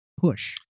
push